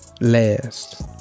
last